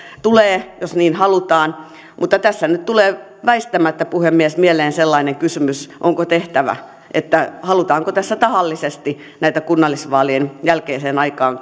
tulevat jos niin halutaan mutta tässä nyt tulee väistämättä puhemies mieleen sellainen kysymys että halutaanko tässä tahallisesti näitä talouspäätöksiä siirtää kunnallisvaalien jälkeiseen aikaan